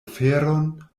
oferon